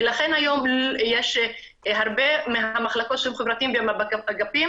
ולכן היום יש הרבה מהמחלקות ומהאגפים